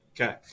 Okay